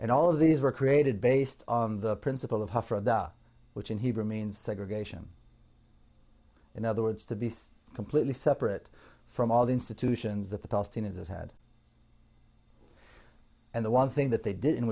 and all of these were created based on the principle of how for which in hebrew means segregation in other words to be completely separate from all the institutions that the palestinians had and the one thing that they did